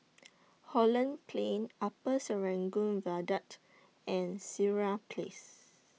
Holland Plain Upper Serangoon Viaduct and Sireh Place